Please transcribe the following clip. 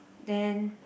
then